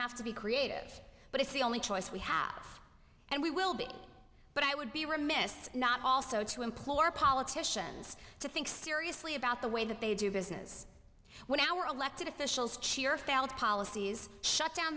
have to be creative but it's the only choice we have and we will be but i would be remiss not also to implore politicians to think seriously about the way that they do business when our elected officials cheer failed policies shut down